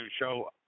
show